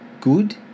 good